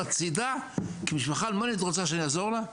הצידה" כי משפחה אלמונית רוצה שאני אעזור לה?